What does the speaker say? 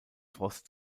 frost